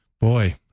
boy